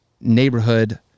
neighborhood